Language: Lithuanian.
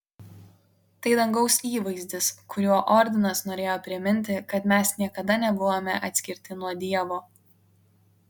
tai dangaus įvaizdis kuriuo ordinas norėjo priminti kad mes niekada nebuvome atskirti nuo dievo